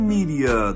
Media